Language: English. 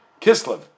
Kislev